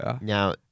Now